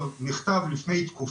והוא נכתב כבר לפני תקופה.